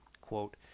quote